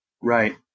Right